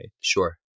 Sure